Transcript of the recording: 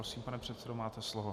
Prosím, pane předsedo, máte slovo.